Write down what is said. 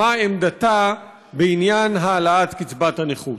מה עמדתה בעניין העלאת קצבת הנכות,